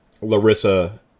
Larissa